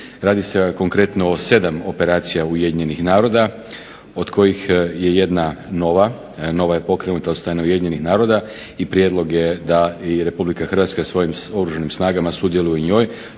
Radi se konkretno o 7 operacija Ujedinjenih naroda od kojih je jedna nova, nova je pokrenuta od strane UN-a, i prijedlog je da i RH svojim Oružanim snagama sudjeluje u njoj.